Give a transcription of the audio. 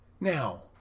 Now